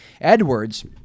Edwards